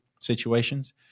situations